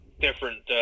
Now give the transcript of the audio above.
different